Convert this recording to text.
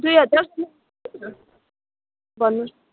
दुई हजार भन्नुहोस्